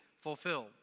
fulfilled